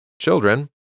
Children